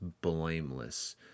blameless